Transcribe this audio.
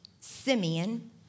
Simeon